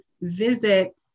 visit